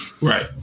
Right